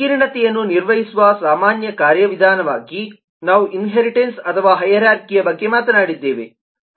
ಸಂಕೀರ್ಣತೆಯನ್ನು ನಿರ್ವಹಿಸುವ ಸಾಮಾನ್ಯ ಕಾರ್ಯವಿಧಾನವಾಗಿ ನಾವು ಇನ್ಹೇರಿಟನ್ಸ್ ಅಥವಾ ಹೈರಾರ್ಖಿಯ ಬಗ್ಗೆ ಮಾತನಾಡಿದ್ದೇವೆ